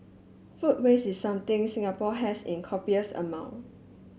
food waste is something Singapore has in copious amounts